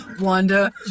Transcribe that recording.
Wanda